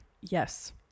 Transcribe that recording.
Yes